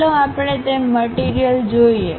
ચાલો આપણે તે મટીરીયલજોઈએ